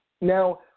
Now